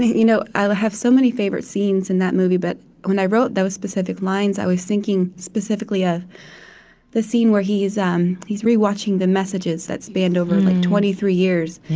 you know i have so many favorite scenes in that movie, but when i wrote those specific lines, i was thinking specifically of ah the scene where he's um he's re-watching the messages that spanned over like twenty three years,